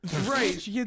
Right